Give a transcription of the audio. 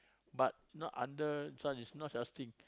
but not under this one is not such thing